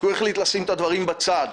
כי הוא החליט לשים את הדברים בצד.